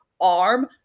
arm